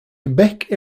quebec